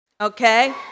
Okay